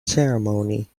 ceremony